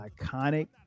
iconic